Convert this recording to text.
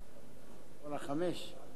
אדוני היושב-ראש,